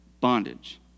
bondage